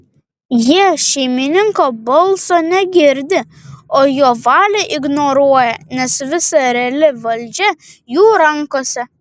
jie šeimininko balso negirdi o jo valią ignoruoja nes visa reali valdžia jų rankose